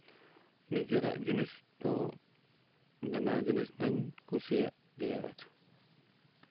ᱱᱤᱡᱮᱨᱟᱜ ᱡᱤᱱᱤᱥ ᱫᱚ ᱵᱮᱱᱟᱣ ᱡᱤᱱᱤᱥ ᱫᱚᱧ ᱠᱩᱥᱤᱭᱟᱜ ᱜᱮᱭᱟ